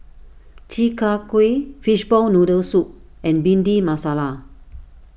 Chi Kak Kuih Fishball Noodle Soup and Bhindi Masala